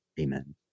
Amen